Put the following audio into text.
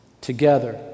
Together